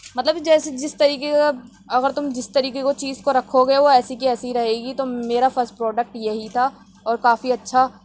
مطلب اس جیسے جس طریقے کا اگر تم جس طریقے کو چیز کو رکھو گے وہ ایسے کی ایسے رہے گی تو میرا فرسٹ پروڈکٹ یہی تھا اور کافی اچھا